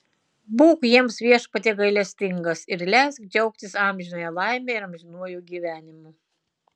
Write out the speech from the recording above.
būk jiems viešpatie gailestingas ir leisk džiaugtis amžinąja laime ir amžinuoju gyvenimu